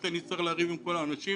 חשבתי שאצטרך לריב עם כל האנשים